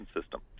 system